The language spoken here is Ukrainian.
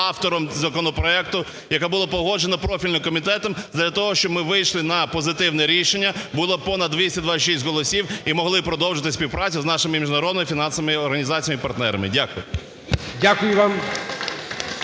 автором законопроекту, яка була погоджена профільним комітетом задля того, щоб ми вийшли на позитивне рішення, було понад 226 голосів, і могли продовжити співпрацю з нашими міжнародними фінансовими організаціями і партнерами. Дякую. ГОЛОВУЮЧИЙ.